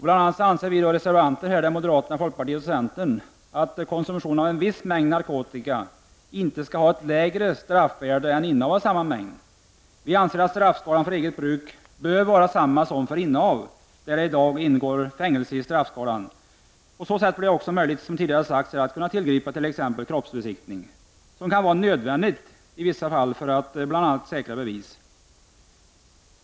Bl.a. anser vi reservanter från moderaterna, folkpartiet och centern att konsumtion av en viss mängd narkotika inte skall ha ett lägre straffvärde än innehav av samma mängd. Vi anser att straffskalan för eget bruk av narkotika bör vara densamma som för innehav, där det i dag ingår fängelse. På så sätt blir det möjligt, som tidigare har sagts, att kunna tillgripa t.ex. kroppsbesiktning vilket kan vara nödvändigt i vissa fall för att bl.a. säkra bevis.